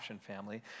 family